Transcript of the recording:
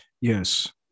Yes